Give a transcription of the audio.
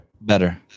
Better